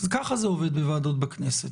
כך זה עובד בוועדות בכנסת.